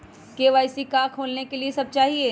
KYC का का खोलने के लिए कि सब चाहिए?